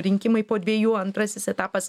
rinkimai po dviejų antrasis etapas